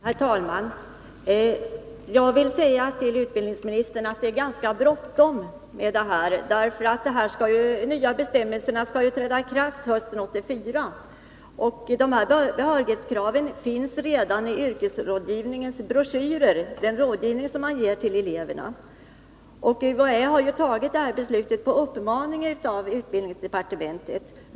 Fru talman! Jag vill säga till utbildningsministern att det är ganska bråttom. De nya bestämmelserna skall ju träda i kraft hösten 1984. Dessa behörighetskrav finns redan omnämnda i yrkesrådgivningens broschyrer med de råd som ges till eleverna. Detta beslut har fattats på uppmaning av utbildningsdepartementet.